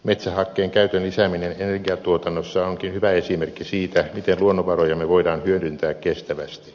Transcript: metsähakkeen käytön lisääminen energiantuotannossa onkin hyvä esimerkki siitä miten luonnonvarojamme voidaan hyödyntää kestävästi